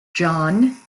john